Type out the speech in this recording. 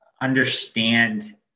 understand